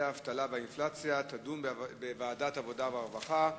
האבטלה והאינפלציה יידונו בוועדת העבודה והרווחה.